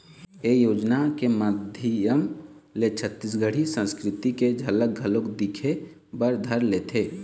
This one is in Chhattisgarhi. ए योजना के माधियम ले छत्तीसगढ़ी संस्कृति के झलक घलोक दिखे बर धर लेथे